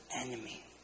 enemy